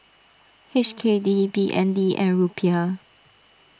H K D B N D and Rupiah